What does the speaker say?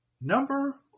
number